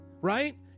right